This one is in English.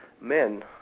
men